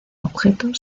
objeto